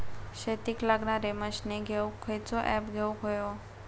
शेतीक लागणारे मशीनी घेवक खयचो ऍप घेवक होयो?